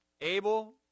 Abel